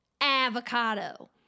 avocado